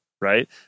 Right